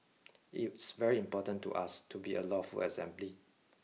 it's very important to us to be a lawful assembly